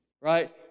Right